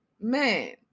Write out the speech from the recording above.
man